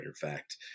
fact